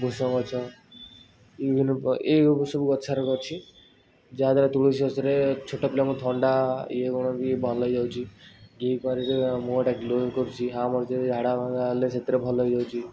ଭୁଷ ଗଛ ବିଭିନ୍ନ ପ୍ରକାର ଏହିପ୍ରକାର ସବୁ ଗଛରକ ଅଛି ଯାହାଦ୍ଵାରା ତୁଳସୀ ଗଛରେ ଛୋଟ ପିଲାଙ୍କୁ ଥଣ୍ଡା ଇଏ ଗୁଣ ବି ଭଲ ହେଇଯାଉଛି ଘିକୁଆଁରୀରେ ମୁହଁଟା ଗ୍ଲୋ କରୁଛି ଆମର ଯେ ଝାଡ଼ାମାଡ଼ା ହେଲେ ସେଥିରେ ଭଲ ହେଇଯାଉଛି